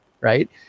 Right